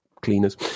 cleaners